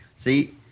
See